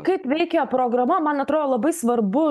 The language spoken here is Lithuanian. kaip veikia programa man atro labai svarbu